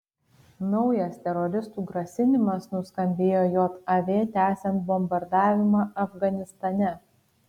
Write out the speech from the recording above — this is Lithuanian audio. naujas teroristų grasinimas nuskambėjo jav tęsiant bombardavimą afganistane